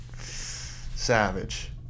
Savage